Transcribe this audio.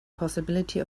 possibility